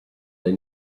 they